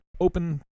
open